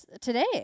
today